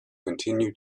continue